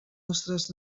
nostres